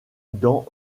dans